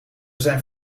zijn